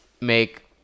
make